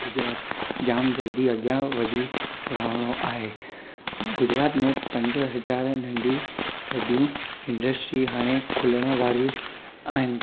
गुजरात जाम जल्दी अॻियां वधी रहणो आहे गुजरात में पंज हज़ार नंढियूं वॾियूं इंड्रस्ट्री हाणे खुलणु वारियूं आहिनि